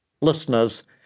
listeners